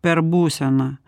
per būseną